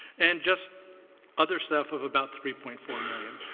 and just other stuff of about three point four million.